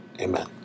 Amen